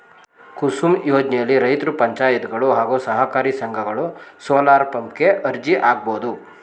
ಕುಸುಮ್ ಯೋಜ್ನೆಲಿ ರೈತ್ರು ಪಂಚಾಯತ್ಗಳು ಹಾಗೂ ಸಹಕಾರಿ ಸಂಘಗಳು ಸೋಲಾರ್ಪಂಪ್ ಗೆ ಅರ್ಜಿ ಹಾಕ್ಬೋದು